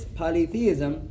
polytheism